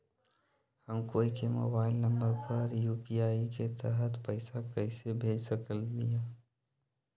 हम कोई के मोबाइल नंबर पर यू.पी.आई के तहत पईसा कईसे भेज सकली ह?